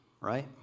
right